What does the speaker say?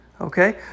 Okay